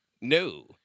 No